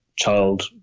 child